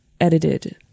edited